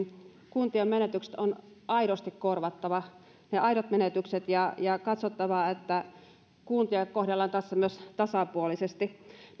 kuntien menetykset on aidosti korvattava ne aidot menetykset ja ja katsottava että kuntia myös kohdellaan tässä tasapuolisesti